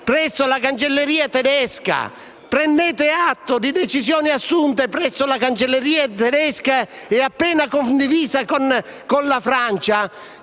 presso la Cancelleria tedesca; prendete atto di decisioni assunte presso la Cancelleria tedesca e appena condivise con la Francia